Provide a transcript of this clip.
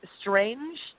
strange